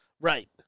Right